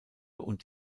und